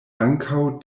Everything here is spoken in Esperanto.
ankaŭ